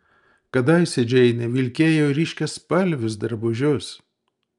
kadaise džeinė vilkėjo ryškiaspalvius drabužius